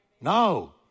No